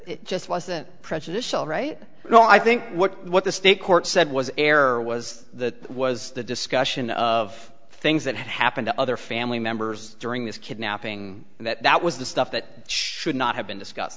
it just wasn't prejudicial right so i think what the state court said was error was that was the discussion of things that happened to other family members during this kidnapping and that was the stuff that should not have